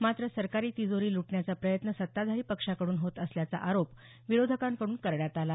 मात्र सरकारी तिजोरी लुटण्याचा प्रयत्न सत्ताधारी पक्षाकडून होत असल्याचा आरोप विरोधकांकडून करण्यात आला